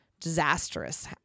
disastrous